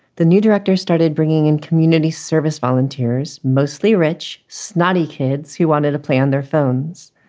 the new director started bringing in community service volunteers, mostly rich, snotty kids who wanted to play on their phones.